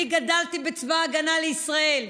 אני גדלתי בצבא הגנה לישראל.